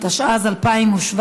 התשע"ז 2017,